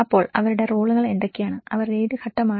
അപ്പോൾ അവരുടെ റോളുകൾ എന്തൊക്കെയാണ് അവർ ഏത് ഘട്ടമാണ്